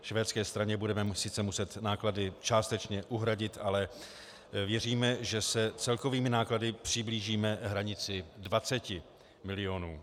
Švédské straně budeme sice muset náklady částečně uhradit, ale věříme, že se celkovými náklady přiblížíme hranici 20 mil.